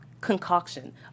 concoction